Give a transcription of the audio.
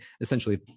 essentially